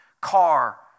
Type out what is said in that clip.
car